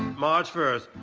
march first.